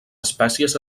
espècies